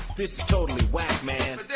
this is totally wack, man